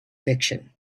fiction